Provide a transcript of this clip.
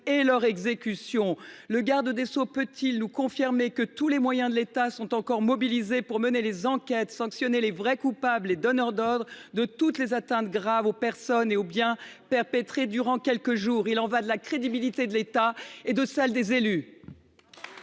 de leur exécution. Le garde des sceaux peut il nous confirmer que tous les moyens de l’État sont encore mobilisés pour mener les enquêtes, sanctionner les vrais coupables, les donneurs d’ordre, responsables de toutes les atteintes graves aux personnes et aux biens perpétrées durant ces quelques jours ? Il y va de la crédibilité de l’État et de celle des élus.